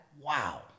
Wow